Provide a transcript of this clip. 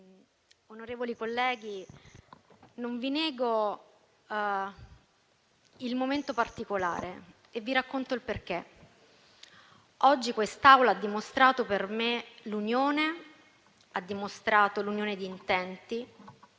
onorevoli colleghi, non vi nego il momento particolare e vi racconto il perché. Oggi, per me, quest'Aula ha dimostrato l'unione. Ha dimostrato l'unione di intenti.